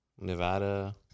Nevada